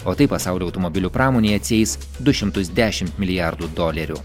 o tai pasaulio automobilių pramonei atsieis du šimtus dešimt milijardų dolerių